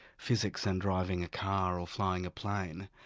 physics and driving a car, or flying a plane.